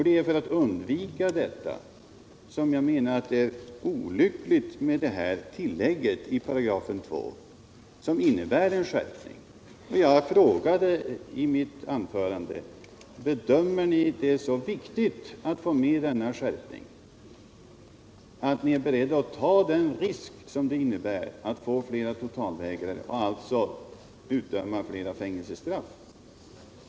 Det är därför jag tycker att det är olyckligt med tillägget i 2 § som innebär en skärpning. Jag frågade förut: Bedömer ni det så viktigt att få med denna skärpning att ni är beredda att ta den risk som det innebär att få flera totalvägrare och alltså att nödgas utdöma flera fängelsestraff?